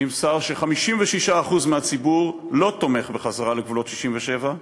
נמסר ש-56% מהציבור לא תומך בחזרה לגבולות 67',